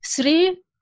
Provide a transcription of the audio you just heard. three